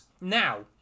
Now